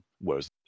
whereas